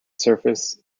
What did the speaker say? surface